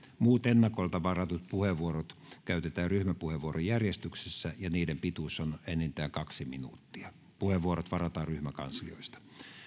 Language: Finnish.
muut ennakolta varatut puheenvuorot käytetään ryhmäpuheenvuorojärjestyksessä ja niiden pituus on enintään kaksi minuuttia puheenvuorot varataan ryhmäkanslioista